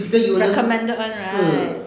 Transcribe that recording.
critical illness 是